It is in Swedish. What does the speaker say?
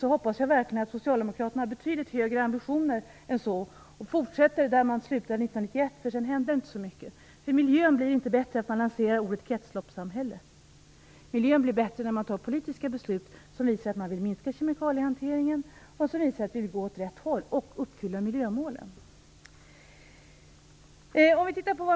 Jag hoppas verkligen att Socialdemokraterna har betydligt högre ambitioner än så och fortsätter där man slutade 1991, eftersom det inte hände så mycket sedan. Miljön blir inte bättre av att man lanserar ordet kretsloppssamhälle. Miljön blir bättre när man fattar politiska beslut som visar att man vill minska kemikaliehanteringen och att man vill gå åt rätt håll och uppfylla miljömålen.